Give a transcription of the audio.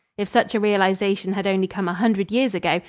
if such a realization had only come a hundred years ago,